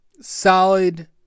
solid